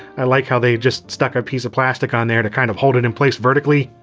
i like how they just stuck a piece of plastic on there to kind of hold and in place vertically.